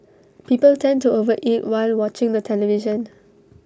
people tend to over eat while watching the television